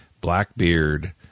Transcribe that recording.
Blackbeard